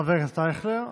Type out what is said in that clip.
חבר הכנסת אייכלר.